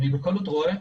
אני בקלות רואה,